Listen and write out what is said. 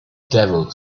devil